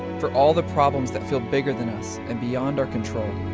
for all the problems that feel bigger than us and beyond our control,